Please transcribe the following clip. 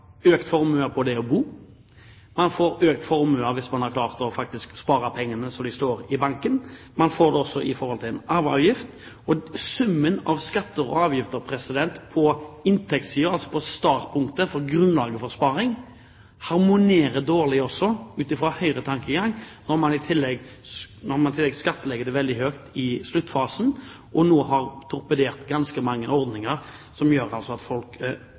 økt formue knyttet til det å bo, man får økt formue hvis man faktisk har klart å spare penger i banken, og man får det også i forhold til en arveavgift. Summen av skatter og avgifter på inntektssiden, altså ved startpunktet for grunnlaget for sparing, harmonerer dårlig, ut fra Høyres tankegang, når man i tillegg skattlegger det veldig høyt i sluttfasen, og nå har torpedert ganske mange ordninger som gjør at folk